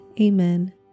Amen